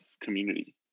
community